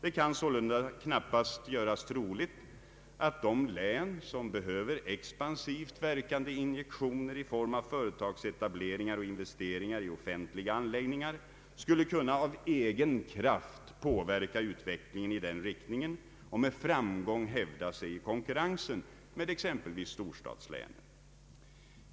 Det kan sålunda knappast göras troligt att de län som behöver expansivt verkande injektioner i form av företagsetableringar och investeringar i offentliga anläggningar skulle av egen kraft kunna påverka utvecklingen i den riktningen och med framgång hävda sig i konkurrensen med exempelvis storstadslänen.